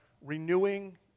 renewing